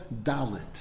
dalit